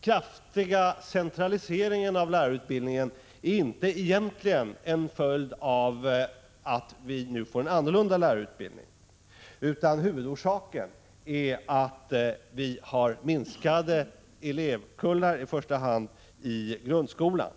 kraftiga centralisering av lärarutbildningen är egentligen inte en följd av att vi nu får en ändrad lärarutbildning. Huvudorsaken är minskade elevkullar i främst grundskolan.